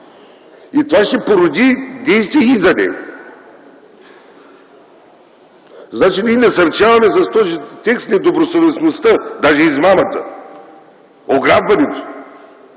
И това ще породи действия и за него. Значи ние насърчаваме с този текст недобросъвестността, даже измамата, ограбването.